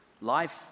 Life